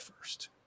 first